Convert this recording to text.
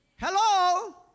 Hello